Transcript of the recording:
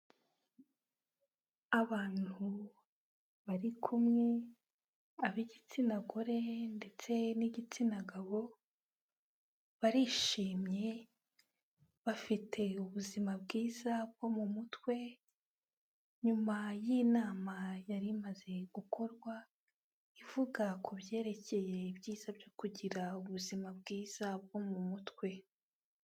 Abantu bari kumwe, ab'igitsina gore ndetse n'igitsina gabo, barishimye bafite ubuzima bwiza bwo mu mutwe, nyuma y'inama yari imaze gukorwa ivuga ku byerekeye ibyiza byo kugira ubuzima bwiza bwo mu mutwe.